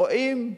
רואים,